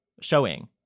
showing